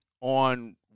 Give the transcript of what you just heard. on